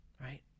Right